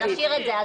נשאיר את זה.